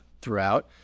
throughout